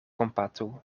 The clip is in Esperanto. kompatu